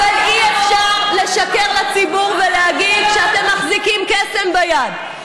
אבל אי-אפשר לשקר לציבור ולהגיד שאתם מחזיקים קסם ביד.